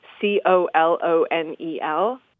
C-O-L-O-N-E-L